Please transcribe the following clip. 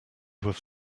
have